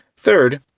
third,